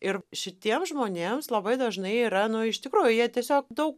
ir šitiems žmonėms labai dažnai yra nu iš tikrųjų jie tiesiog daug